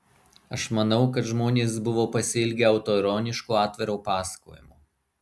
aš manau kad žmonės buvo pasiilgę autoironiško atviro pasakojimo